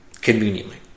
conveniently